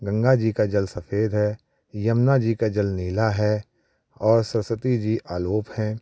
गंगा जी का जल सफेद है यमुना जी का जल नीला है और सरसती जी अलोप है